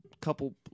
couple